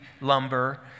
lumber